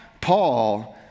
Paul